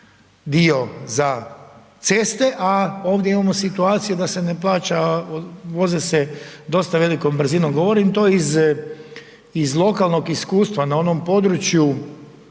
dio za ceste a ovdje imamo situaciju da se ne plaća, voze se dosta velikom brzinom govorim, to iz lokalnog iskustva na onom području